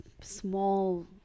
small